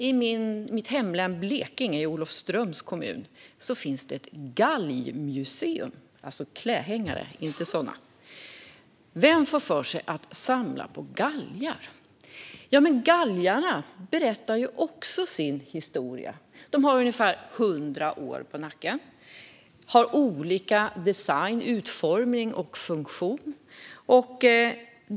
I mitt hemlän Blekinge, i Olofströms kommun, finns det ett galgmuseum. Det handlar alltså om klädhängare, inte den andra sortens galge. Vem får för sig att samla på galgar? Men galgarna berättar ju också en historia. De har ungefär hundra år på nacken och har olika design, utformning och funktion.